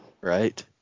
right